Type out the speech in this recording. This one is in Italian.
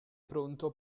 pronto